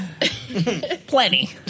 plenty